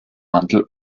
mantel